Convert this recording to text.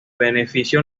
beneficio